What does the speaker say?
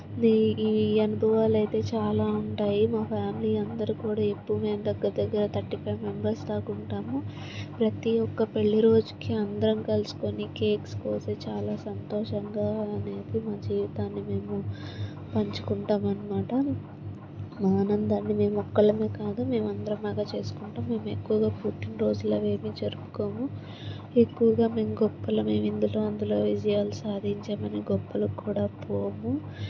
ఈ అనుభవాలు అయితే చాలా ఉంటాయి మా ఫ్యామిలీ అందరు కూడా ఎప్పుడు మేము దగ్గర దగ్గర థర్టీ ఫైవ్ మెంబర్స్ దాకా ఉంటాము ప్రతి ఒక్క పెళ్ళి రోజుకి అందరం కలిసి కేక్స్ కోసి చాలా సంతోషంగా అనేది మేము మా జీవితాన్ని మేము పంచుకుంటాం అన్నమాట మా ఆనందాన్ని మేము ఒక్కరమే కాదు మేము అందరం బాగా చేసుకుంటాం మేము ఎక్కువగా పుట్టినరోజులు అవి ఏమి జరుపుకోము ఎక్కువగా మేము గొప్పవాళ్ళమే ఇందులో అందులో విజయాలు సాధించాం అని గొప్పలు కూడా పోము